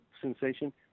sensation